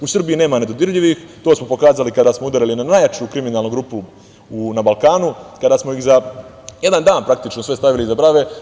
U Srbiji nema nedodirljivih, to smo pokazali kada smo udarili na najjaču kriminalnu grupu na Balkanu, kada smo ih za jedan dan, praktično, sve stavili iza brave.